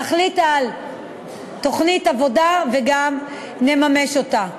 נחליט על תוכנית עבודה וגם נממש אותה.